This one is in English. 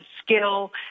skill